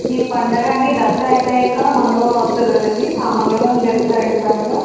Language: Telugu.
ఈ పండుగా అండి దసరా అయిపోయాక మంగళవారం వస్తుంది కదండీ ఆ మంగళవారం జరుపుతారండి పండుగా